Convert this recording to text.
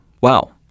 Wow